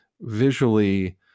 visually